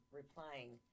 replying